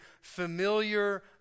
familiar